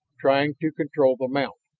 trying to control the mount.